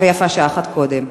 ויפה שעה אחת קודם.